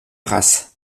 race